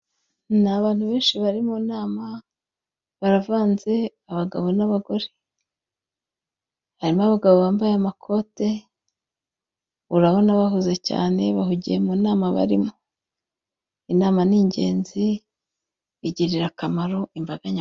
Ni abantu benshi bari mu nama baravanze abagabo n'abagore, harimo abagabo bambaye amakote urabona bahuze cyane bahugiye mu nama barimo. Inama ni ingenzi igirira akamaro imbaga nyamwinshi.